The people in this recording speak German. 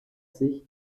sich